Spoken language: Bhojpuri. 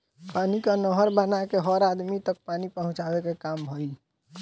पानी कअ नहर बना के हर अदमी तक पानी पहुंचावे कअ काम भइल